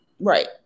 Right